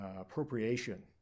appropriation